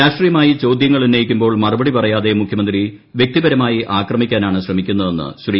രാഷ്ട്രീയമായി ചോദ്യങ്ങൾ ഉന്നയിക്കുമ്പോൾ മറുപടി പറയാതെ മുഖ്യമന്ത്രി വൃക്തിപരമായി ആക്രമിക്കാനാണ് ശ്രമിക്കുന്നതെന്ന് ശ്രീ